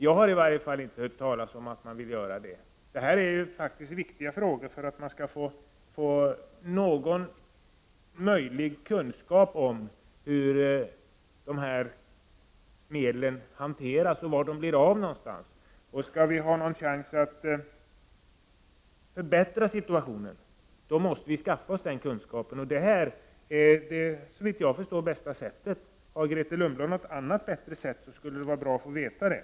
Jag har i varje fall inte hört talas om att man vill göra det. Detta är faktiskt viktigt för att man skall få någon kunskap om hur de här medlen hanteras och var någonstans de blir av. Skall vi ha någon chans att förbättra situationen, måste vi skaffa oss den kunskapen. Och detta är såvitt jag förstår det bästa sättet. Kan Grethe Lundblad anvisa något annat sätt som är bättre, skulle det vara bra att få veta det.